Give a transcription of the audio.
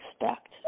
expect